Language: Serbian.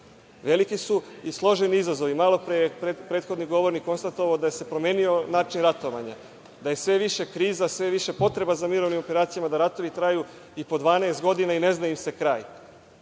Veliki su i složeni izazovi. Malopre je prethodni govornik konstatovao da se promenio način ratovanja, da je sve više kriza, da je sve više potreba za mirovnim operacijama, da ratovi traju i po 12 godina i ne zna im se kraj.